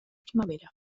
primavera